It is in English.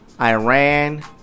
Iran